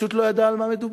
פשוט לא ידעה על מה מדובר.